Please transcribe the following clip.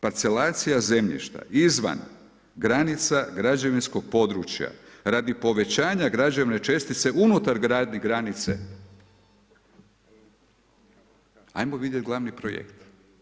Parcelacija zemljišta izvan granica građevinskog područja radi povećanja građevne čestice unutar granice, ajmo vidjeti glavni projekt.